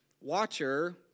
watcher